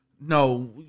No